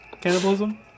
Cannibalism